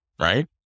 Right